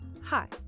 Hi